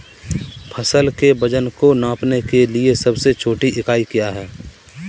फसल के वजन को नापने के लिए सबसे छोटी इकाई क्या है?